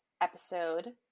episode